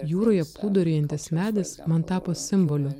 jūroje plūduriuojantis medis man tapo simboliu